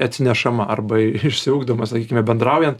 atsinešama arba išsiugdoma sakykime bendraujant